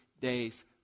days